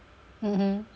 mmhmm